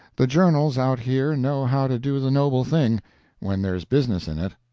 the journals out here know how to do the noble thing when there's business in it.